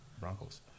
Broncos